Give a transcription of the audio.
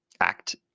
act